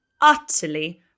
utterly